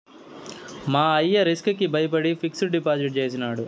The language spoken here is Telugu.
మా అయ్య రిస్క్ కి బయపడి ఫిక్సిడ్ డిపాజిట్ చేసినాడు